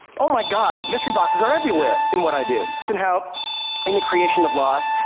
oh, my god, like mystery boxes are everywhere in what i do. and how in the creation of lost,